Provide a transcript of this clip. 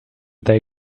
they